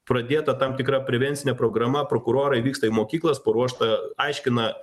pradėta tam tikra prevencinė programa prokurorai vyksta į mokyklas paruošta aiškina